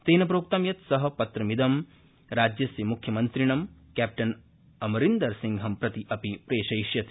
तेन प्रोक्त यत् स पत्रमिदं राज्यस्य मुख्यमन्त्रिणं कैप्टन अमरिंदरसिंह प्रति अपि प्रेषयिष्यति